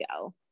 go